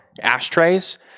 ashtrays